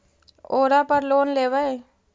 ओरापर लोन लेवै?